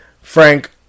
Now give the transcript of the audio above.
Frank